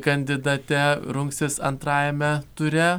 kandidate rungsis antrajame ture